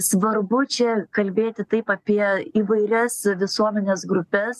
svarbu čia kalbėti taip apie įvairias visuomenės grupes